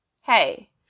Hey